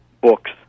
books